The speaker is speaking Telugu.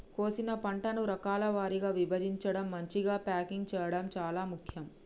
కోసిన పంటను రకాల వారీగా విభజించడం, మంచిగ ప్యాకింగ్ చేయడం చాలా ముఖ్యం